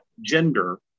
gender